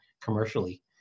commercially